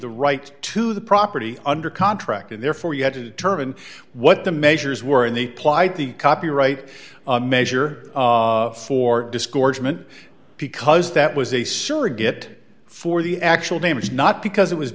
the right to the property under contract and therefore you had to determine what the measures were in the plight the copyright measure for disgorgement because that was a surrogate for the actual name it's not because it was